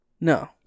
No